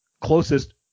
closest